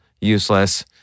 useless